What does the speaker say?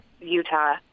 Utah